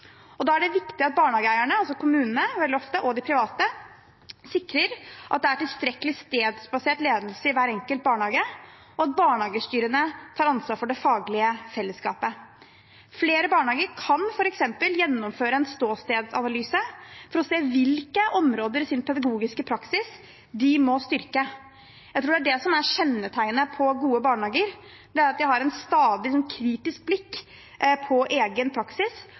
Da er det viktig at barnehageeierne – kommunene, veldig ofte, og de private – sikrer at det er tilstrekkelig stedsbasert ledelse i hver enkelt barnehage, og at barnehagestyrene tar ansvar for det faglige fellesskapet. Flere barnehager kan f.eks. gjennomføre en ståstedsanalyse for å se hvilke områder i sin pedagogiske praksis de må styrke. Jeg tror det er det som er kjennetegnet på gode barnehager, at de har et stadig kritisk blikk på egen praksis,